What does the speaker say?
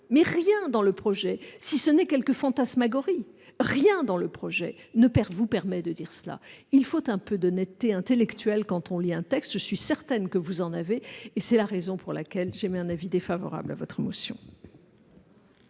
Rien dans ce projet de loi, si ce n'est quelque fantasmagorie, ne vous permet de dire cela. Il faut un peu d'honnêteté intellectuelle quand on lit un texte. Je suis certaine que vous en avez, et c'est la raison pour laquelle j'émets un avis défavorable sur cette motion.